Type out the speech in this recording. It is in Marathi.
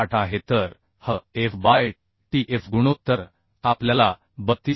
8 आहे तर Hf बाय Tf गुणोत्तर आपल्याला 32